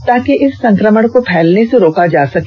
ताकि इस संकमण को फैलने से रोका जा सके